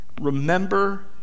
Remember